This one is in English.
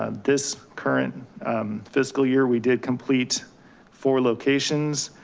um this current fiscal year, we did complete four locations.